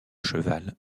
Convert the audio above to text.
cheval